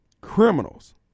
criminals